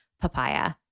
PAPAYA